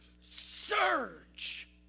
surge